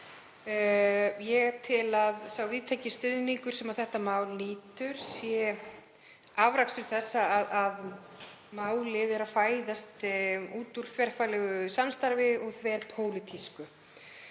Ég tel að sá víðtæki stuðningur sem þetta mál nýtur sé afrakstur þess að málið fæðist í þverfaglegu samstarfi og þverpólitísku.